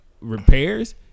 repairs